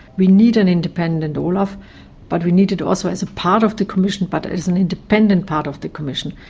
we need an independent olaf but we need it also as a part of the commission but as an independent part of the commission.